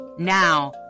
Now